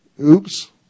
oops